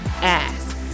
ass